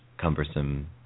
cumbersome